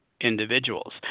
individuals